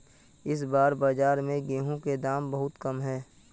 इस बार बाजार में गेंहू के दाम बहुत कम है?